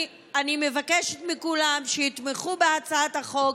אני מבקשת מכולם שיתמכו בהצעת החוק,